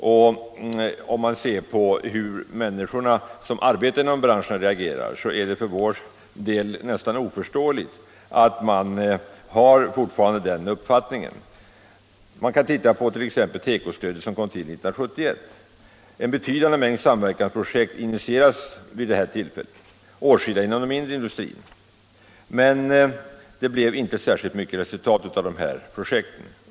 Och människorna som arbetar inom branscherna finner det nästan oförståeligt att man fortfarande har den här uppfattningen. Man kan exempelvis se på tekostödet som tillkom 1971. En betydande mängd samverkansprojekt initierades vid detta tillfälle, åtskilliga inom den mindre industrin. Men det blev inte särskilt goda resultat, om än några, av de här projekten.